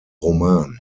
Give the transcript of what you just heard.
roman